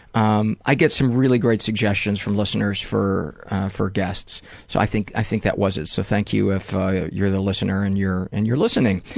um i get some really great suggestions from listeners for for guests so i think i think that was it. so thank you if you're the listener and you're and you're listening.